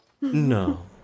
No